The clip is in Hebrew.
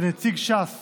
ונציג ש"ס